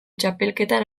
txapelketan